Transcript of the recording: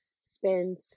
spent